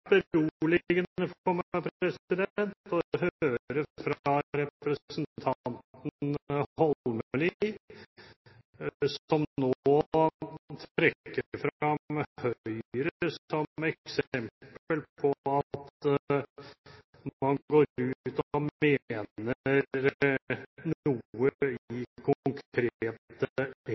meg å høre representanten Holmelid nå trekke fram Høyre som eksempel på at man går ut og mener noe i konkrete